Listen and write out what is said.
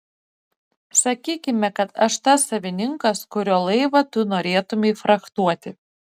sakykime kad aš tas savininkas kurio laivą tu norėtumei frachtuoti